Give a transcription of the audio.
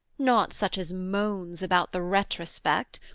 not such as moans about the retrospect,